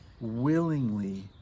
willingly